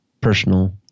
personal